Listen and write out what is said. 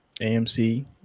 AMC